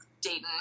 Dayton